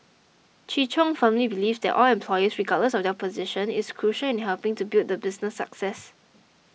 Chi Chung firmly believes that all employees regardless of their position is crucial in helping to build the business success